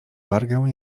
wargę